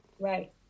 Right